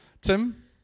Tim